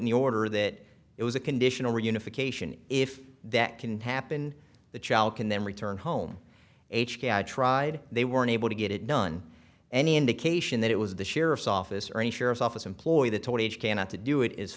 in the order that it was a conditional reunification if that can happen the child can then return home h b i tried they were unable to get it done any indication that it was the sheriff's office or any sheriff's office employ the top aide cannot to do it is